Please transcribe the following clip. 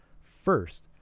first